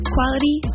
Quality